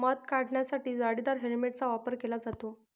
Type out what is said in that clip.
मध काढण्यासाठी जाळीदार हेल्मेटचा वापर केला जातो